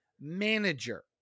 manager